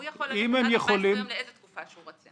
הוא יכול --- 14 יום לאיזו תקופה שהוא רוצה.